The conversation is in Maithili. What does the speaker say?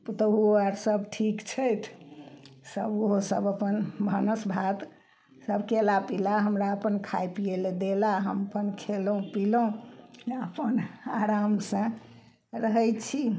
पुतोहु आर सब ठीक छथि सब उहो सब अपन भानभात सब केला पीला हमरा अपन खाय पियै लए देला हम अपन खेलहुँ पिलहुँ अपन आरामसँ रहय छी